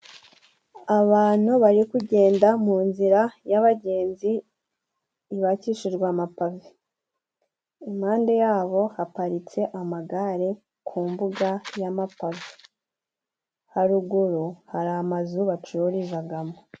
Abantu bari kugenda muzira yababagenzi ibakishijwe amapave, impande yabo haparitse amagare, ku mbuga y'amapave haruguru hari amazu bacururizagamo.